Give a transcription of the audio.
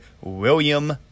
William